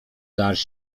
garść